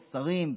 שרים,